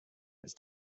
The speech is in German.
ist